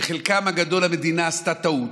שבחלקם הגדול המדינה עשתה טעות,